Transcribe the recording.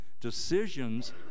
decisions